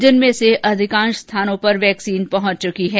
जिनमें से अधिकांश स्थानों पर वैक्सीन पहुंच चुकी है